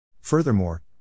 Furthermore